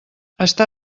està